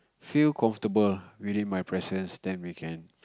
feel comfortable within my presence then we can